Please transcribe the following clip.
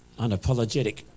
unapologetic